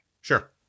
Sure